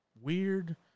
Weird